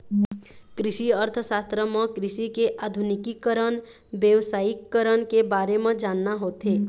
कृषि अर्थसास्त्र म कृषि के आधुनिकीकरन, बेवसायिकरन के बारे म जानना होथे